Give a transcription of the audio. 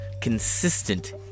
consistent